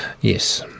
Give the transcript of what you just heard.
yes